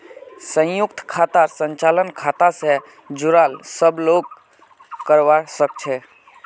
संयुक्त खातार संचालन खाता स जुराल सब लोग करवा सके छै